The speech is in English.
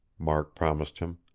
mark promised him.